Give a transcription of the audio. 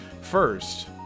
first